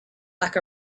like